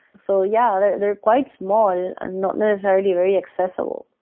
so yeah, they're they're quite small and not necessarily very accessible.